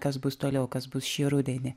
kas bus toliau kas bus šį rudenį